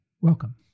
Welcome